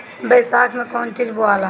बैसाख मे कौन चीज बोवाला?